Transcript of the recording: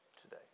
today